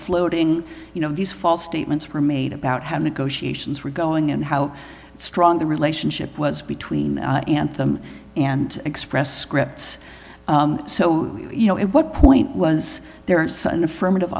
floating you know these false statements were made about have negotiations were going and how strong the relationship was between anthem and express scripts so you know it what point was there an affirmative